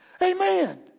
Amen